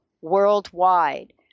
worldwide